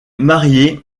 marié